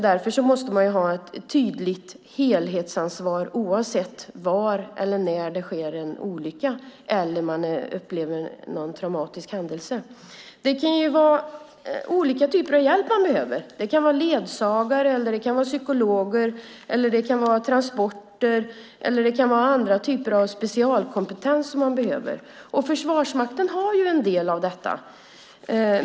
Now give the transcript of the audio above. Därför måste det finnas ett tydligt helhetsansvar oavsett var eller när det sker en olycka eller någon upplever en traumatisk händelse. Det kan vara olika typer av hjälp som man behöver. Det kan vara fråga om ledsagare, psykologer, transporter eller olika typer av specialkompetens. Försvarsmakten har en del av detta.